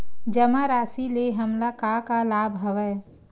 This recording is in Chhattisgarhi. जमा राशि ले हमला का का लाभ हवय?